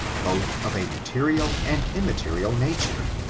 both of a material and immaterial nature,